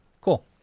Cool